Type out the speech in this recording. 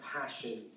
passion